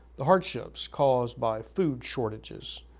the hardships caused by food shortages,